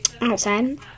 outside